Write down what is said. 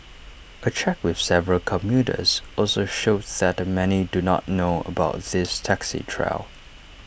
A check with several commuters also showed that many do not know about this taxi trial